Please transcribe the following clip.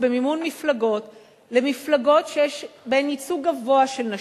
במימון מפלגות למפלגות שיש בהן ייצוג גבוה של נשים.